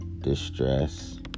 distress